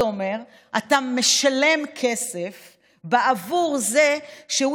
זה אומר שאתה משלם כסף בעבור זה שהוא